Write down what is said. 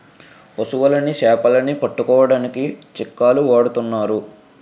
పశువులని సేపలని పట్టుకోడానికి చిక్కాలు వాడతన్నారు